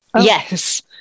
Yes